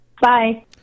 Bye